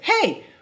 hey